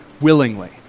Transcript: willingly